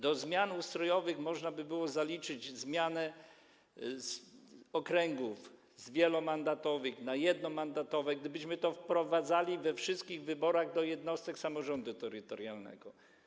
Do zmian ustrojowych można by było zaliczyć zmiany okręgów z wielomandatowych na jednomandatowe, gdybyśmy to wprowadzali we wszystkich wyborach do jednostek samorządu terytorialnego.